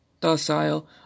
docile